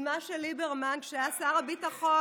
זו יוזמה של ליברמן כשהיה שר הביטחון,